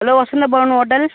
hello Vasantha Bhavan hotel